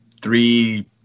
three